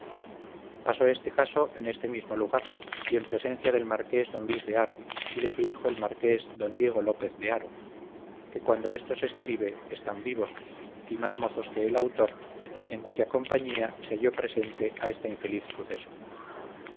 pasó este caso en este mismo lugar y en presencia del marqués d luis de haro y de su hijo el marqués d diego lópez de haro que cuando esto se escribe están vivos y más mozos que el autor en cuya compañía se halló presente a este infelice suceso